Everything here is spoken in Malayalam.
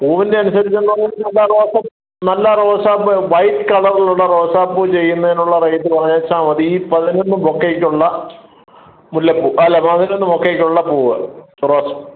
പൂവിന്റെ അനുസരിച്ച് എന്ന് പറയുമ്പോ നല്ല നല്ല റോസാപൂ വൈറ്റ് കളറിൽ ഉള്ള റോസാപ്പൂ ചെയ്യുന്നതിനുള്ള റേറ്റ് പറഞ്ഞേച്ചാൽ മതി പതിനൊന്ന് ബൊക്കയ്ക്കുള്ള മുല്ലപ്പൂ അല്ല പതിനൊന്ന് ബൊക്കയ്ക്ക് ഉള്ള പൂവ് റോസ്